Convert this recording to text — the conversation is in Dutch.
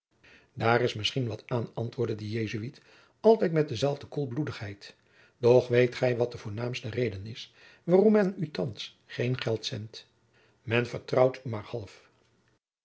daar is misschien wat aan antwoordde de jesuit altijd met dezelfde koelbloedigheid doch weet gij wat de voornaamste reden is waarom men u thands geen geld zendt men vertrouwt u maar half